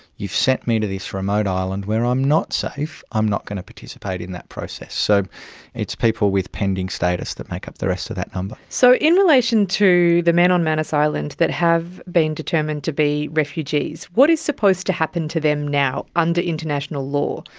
you've sent me to this remote island where i am not safe, i'm not going to participate in that process. so it's people with pending status that make up the rest of that number. so in relation to the men on manus island that have been determined to be refugees, what is supposed to happen to them now under international law?